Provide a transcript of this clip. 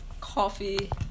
coffee